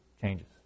changes